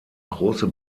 grosse